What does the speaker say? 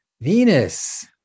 Venus